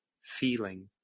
feeling